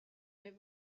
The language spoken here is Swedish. med